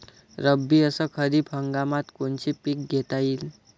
रब्बी अस खरीप हंगामात कोनचे पिकं घेता येईन?